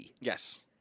Yes